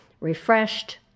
refreshed